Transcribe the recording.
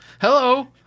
Hello